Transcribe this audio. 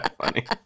funny